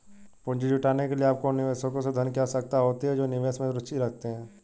पूंजी जुटाने के लिए, आपको उन निवेशकों से धन की आवश्यकता होती है जो निवेश में रुचि रखते हैं